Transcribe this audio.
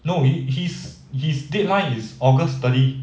no he his his deadline is august thirty